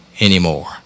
anymore